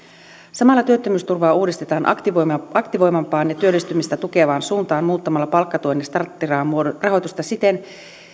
samalla työttömyysturvaa uudistetaan aktivoivampaan aktivoivampaan ja työllistymistä tukevaan suuntaan muuttamalla palkkatuen ja starttirahan rahoitusta siten